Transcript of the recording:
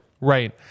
Right